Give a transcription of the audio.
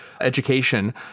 education